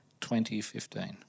2015